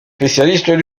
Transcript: spécialistes